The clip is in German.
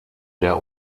der